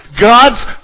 God's